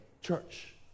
church